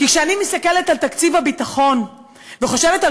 כי כשאני מסתכלת על תקציב הביטחון וחושבת על